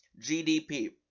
GDP